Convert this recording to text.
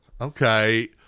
Okay